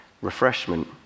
refreshment